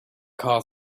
car